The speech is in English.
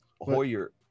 Hoyer